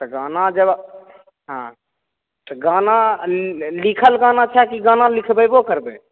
गाना जब हँ गाना लिखल गाना छै कि गाना लिखबैबो करबै